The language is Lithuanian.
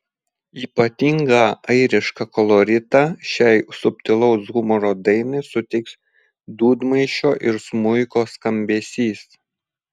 ypatingą airišką koloritą šiai subtilaus humoro dainai suteiks dūdmaišio ir smuiko skambesys